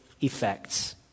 effects